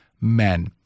men